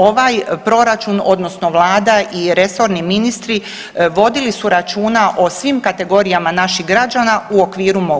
Ovaj Proračun odnosno Vlada i resorni ministri vodili su računa o svim kategorijama naših građana u okviru mogućeg.